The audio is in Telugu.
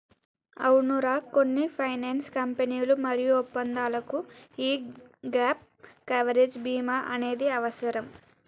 అవునరా కొన్ని ఫైనాన్స్ కంపెనీలు మరియు ఒప్పందాలకు యీ గాప్ కవరేజ్ భీమా అనేది అవసరం